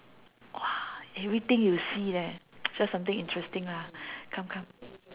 !wah! everything you see leh share something interesting lah come come